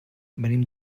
venim